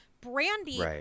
brandy